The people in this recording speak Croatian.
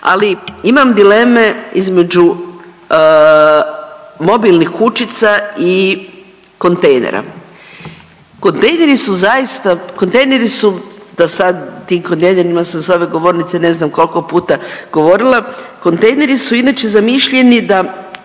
Ali imam dileme između mobilnih kućica i kontejnera, kontejneri su zaista, kontejneri su da sad tim kontejnerima sam s ove govornice ne znam kolko puta govorila kontejneri su inače zamišljeni da